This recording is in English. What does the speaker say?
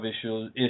issues